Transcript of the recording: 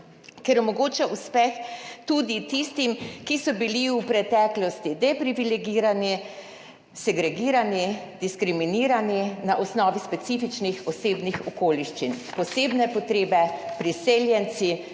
ker omogoča uspeh tudi tistim, ki so bili v preteklosti deprivilegirani, segregirani, diskriminirani na osnovi specifičnih osebnih okoliščin, posebne potrebe, priseljenci,